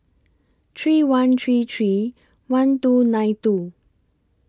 three one three three one two nine two